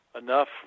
enough